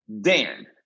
Dan